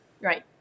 Right